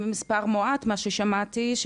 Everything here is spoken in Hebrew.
מספר מועט ממה ששמעתי,